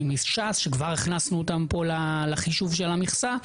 מש"ס שכבר הכנסנו אותם לחישוב של המכסה.